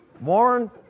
Warren